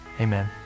amen